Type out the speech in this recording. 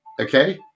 Okay